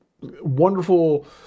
wonderful